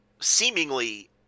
seemingly